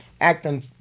acting